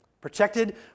protected